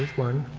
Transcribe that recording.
one.